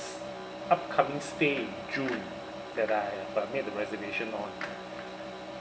upcoming stay in june that I have uh made the reservation on